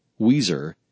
Weezer